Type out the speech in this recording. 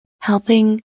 helping